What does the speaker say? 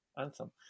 anthem